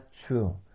true